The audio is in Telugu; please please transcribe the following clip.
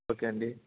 ఓకే అండీ